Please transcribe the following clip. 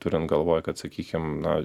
turint galvoj kad sakykim na